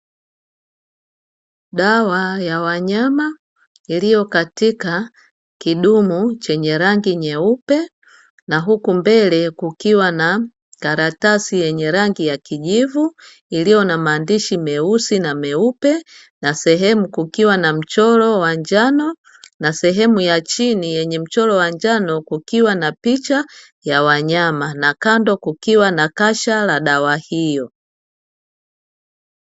Dawa ya wanyama iliyo katika kidumu chenye rangi nyeupe, na huku mbele kukiwa na karatasi yenye rangi ya kijivu iliyo na maandishi meusi na meupe, na sehemu kukiwa na mchoro wa njano, na sehemu ya chini yenye mchoro wa njano kukiwa na picha ya wanyama na kando kukiwa na kasha la dawa hiyo.